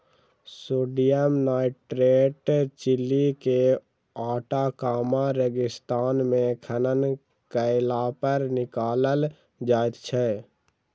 sodium nitrate Chile के Atacama रेगिस्तान मे खनन कयलापर निकालल जाइत छै